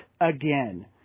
again